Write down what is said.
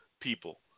people